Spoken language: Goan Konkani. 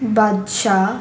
बदशा